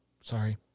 Sorry